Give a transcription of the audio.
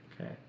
Okay